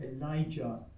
Elijah